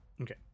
Okay